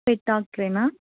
పెట్ డాక్టరా